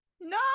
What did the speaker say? No